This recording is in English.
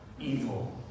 evil